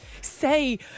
say